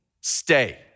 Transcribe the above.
stay